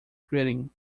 greeting